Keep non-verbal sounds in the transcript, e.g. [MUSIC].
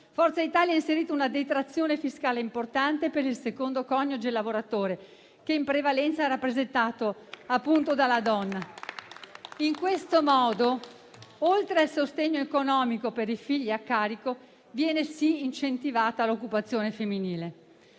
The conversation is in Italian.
Forza Italia ha inserito una detrazione fiscale importante per il secondo coniuge lavoratore, che in prevalenza è rappresentato appunto dalla donna. [APPLAUSE] In questo modo, oltre al sostegno economico per i figli a carico, viene incentivata l'occupazione femminile.